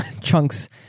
chunks